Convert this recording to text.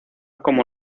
como